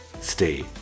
stay